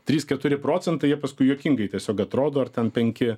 trys keturi procentai jie paskui juokingai tiesiog atrodo ar ten penki